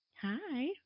Hi